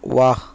واہ